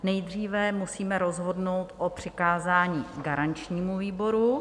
Nejdříve musíme rozhodnout o přikázání garančnímu výboru.